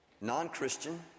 non-Christian